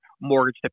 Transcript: mortgage